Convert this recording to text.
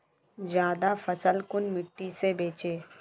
ज्यादा फसल कुन मिट्टी से बेचे?